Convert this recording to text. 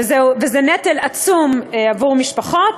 וזה נטל עצום על משפחות,